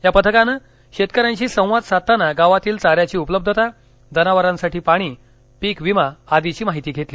या शेतकऱ्यांशी संवाद साधताना गावातील चाऱ्याची उपलब्धता जनावरांसाठी पाणी पीकविमा आर्दीची माहिती घेतली